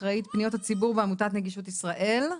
אחראית פניות הציבור בעמותת נגישות ישראל.